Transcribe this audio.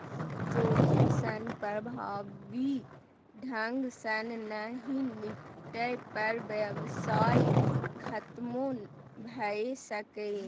जोखिम सं प्रभावी ढंग सं नहि निपटै पर व्यवसाय खतमो भए सकैए